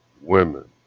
women